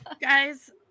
guys